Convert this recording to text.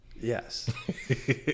yes